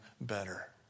better